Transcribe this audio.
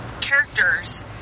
characters